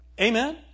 Amen